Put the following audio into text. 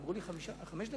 אמרו לי חמש דקות.